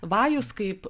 vajus kaip